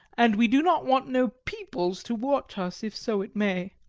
and we do not want no peoples to watch us if so it may.